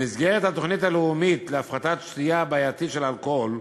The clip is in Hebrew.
במסגרת התוכנית הלאומית להפחתת שתייה בעייתית של אלכוהול,